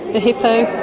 a hippo,